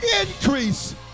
increase